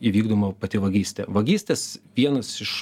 įvykdoma pati vagystė vagystės vienas iš